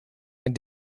and